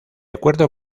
acuerdo